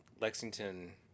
Lexington